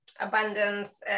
abundance